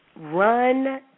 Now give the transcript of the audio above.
run